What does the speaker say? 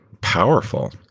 powerful